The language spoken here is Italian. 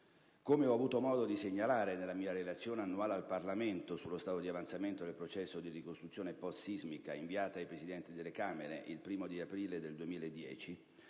Come ho avuto modo di segnalare nella mia relazione annuale al Parlamento sullo stato di avanzamento del processo di ricostruzione post-sismica, inviata ai Presidenti delle Camere il 1° aprile 2010,